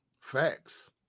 Facts